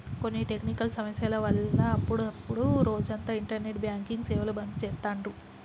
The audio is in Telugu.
కొన్ని టెక్నికల్ సమస్యల వల్ల అప్పుడప్డు రోజంతా ఇంటర్నెట్ బ్యాంకింగ్ సేవలు బంద్ చేత్తాండ్రు